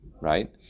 Right